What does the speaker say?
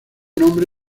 nombre